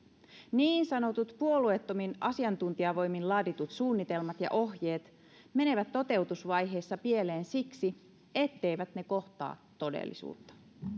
niin sanotut puolueettomin asiantuntijavoimin laaditut suunnitelmat ja ohjeet menevät toteutusvaiheessa pieleen siksi etteivät ne kohtaa todellisuutta